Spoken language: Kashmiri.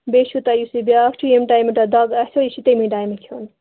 بیٚیہِ چھُو تۅہہِ یُس یہِ بیٛاکھ چھُو ییٚمہِ ٹایمہِ تۅہہِ دَگ آسوٕ یہِ چھُ تَمی ٹایمہٕ کھٮ۪ون